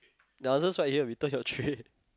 the answer's right here return your tray